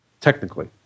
Technically